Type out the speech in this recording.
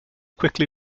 quickly